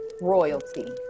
royalty